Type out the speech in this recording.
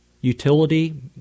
utility